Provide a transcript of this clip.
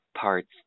parts